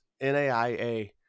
NAIA